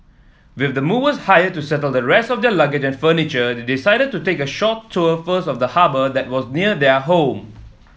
with the movers hired to settle the rest of their luggage and furniture they decided to take a short tour first of the harbour that was near their home